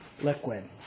liquid